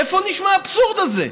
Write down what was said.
איפה נשמע האבסורד הזה?